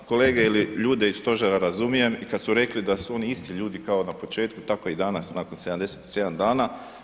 Ja, kolege ili ljude iz Stožera razumijem i kad su rekli da su oni isti ljudi kao i na početku, tako i danas nakon 77 dana.